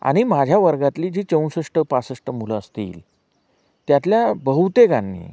आणि माझ्या वर्गातली जी चौसष्ट पासष्ट मुलं असतील त्यातल्या बहुतेकांनी